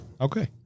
Okay